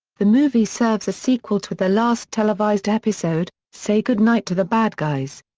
the movie serves as sequel to the last televised episode, say goodnight to the bad guys.